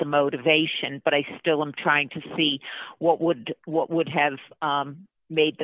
the motivation but i still i'm trying to see what would what would have made